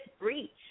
breach